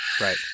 right